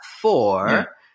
four